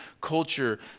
culture